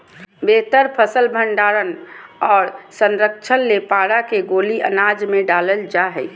बेहतर फसल भंडारण आर संरक्षण ले पारा के गोली अनाज मे डालल जा हय